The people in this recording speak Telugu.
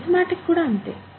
అరిథమెటిక్ కూడా అంతే